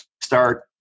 start